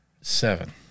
Seven